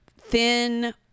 thin